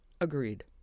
Agreed